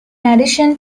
addition